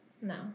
No